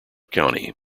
county